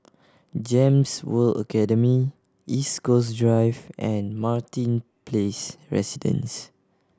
GEMS World Academy East Coast Drive and Martin Place Residence